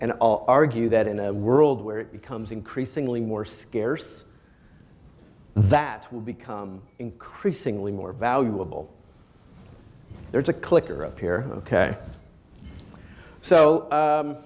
and argue that in a world where it becomes increasingly more scarce that will become increasingly more valuable there is a click or appear ok so